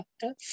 doctor